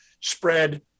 spread